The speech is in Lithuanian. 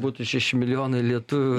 būtų šeši milijonai lietuvių